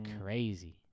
crazy